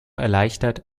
erleichtert